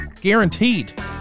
guaranteed